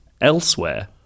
Elsewhere